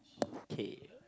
okay